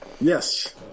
Yes